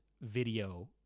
video